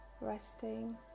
resting